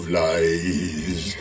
lies